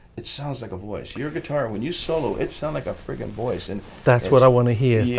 it sounds like a voice your guitar when you solo it sound like a friggin voice. and that's what i want to hear,